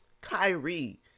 Kyrie